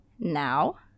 Now